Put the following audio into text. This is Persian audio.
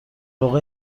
واقع